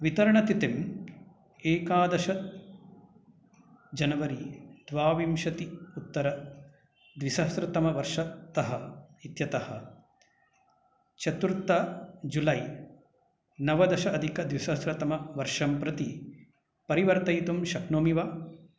वितरणतिथिम् एकादश जनवरी द्वाविंशति उत्तर द्विसहस्रतमवर्षतः इत्यतः चतुर्थ जुलै नवदश अधिकद्विसहस्रतमवर्षं प्रति परिवर्तयितुं शक्नोमि वा